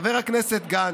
חבר הכנסת גנץ,